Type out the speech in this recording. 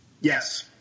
Yes